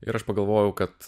ir aš pagalvojau kad